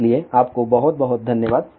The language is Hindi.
इसलिए आपको बहुत बहुत धन्यवाद